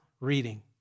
reading